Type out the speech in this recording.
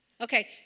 Okay